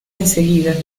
enseguida